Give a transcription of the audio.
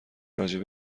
راجع